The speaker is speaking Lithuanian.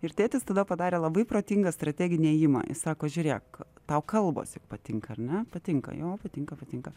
ir tėtis tada padarė labai protingą strateginį ėjimą i sako žiūrėk tau kalbos juk patinka ar ne patinka jo patinka patinka